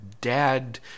dad